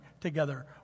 together